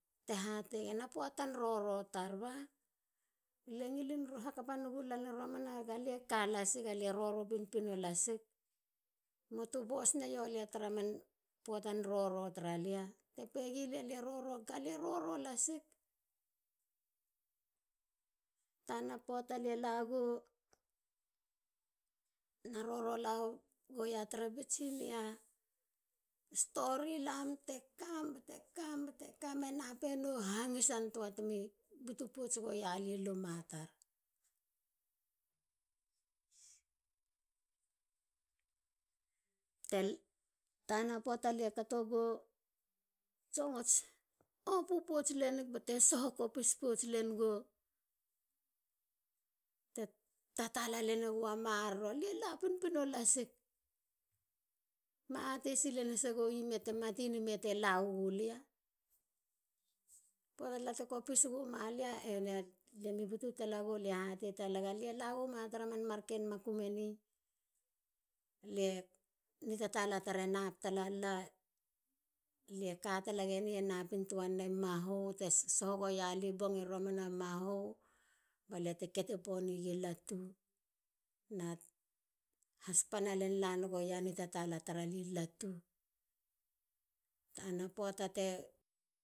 Te hatei gen a poatan roro tar ba. lie ngilin hakapa iegu lan romana ga lie kalasik. alie roro pinpino lasik. muatu boss naio lia tara man poatan roro tara lia. te pe gilia. lie rorok. ga lie roro lasik. tana poata lie lagou na roro la go tere virginia. stori. lam te kam. ba te kam na nap e no hangisa te mi butu pouts gua lie luma tar. tana poata lie takei go. songots opu pouts lenik ba te soho kopis pouts len go te tatala len e go maroro. lie la pinpino lasik. ma atei sil hasegi mei te. matiani mei te la gua lia. poata tala te kopis guma. ena lie mi butu tala gou. lie hatei talak. alie la guma tara man ken makum eni. lie. nitatala tar e nap talana. lie ka tala gieni e napin tua ni mahu ba lia te kete poni gi latu. ha spana lelegoa nitatala tar i latu. tania poata te